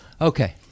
Okay